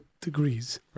degrees